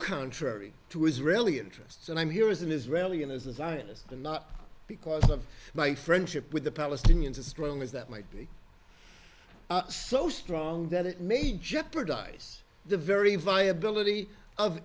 contrary to israeli interests and i'm here is an israeli and as a zionist and not because of my friendship with the palestinians as strong as that might be so strong that it may jeopardize the very viability of